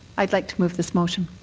i'd like to move this motion.